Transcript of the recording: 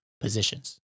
positions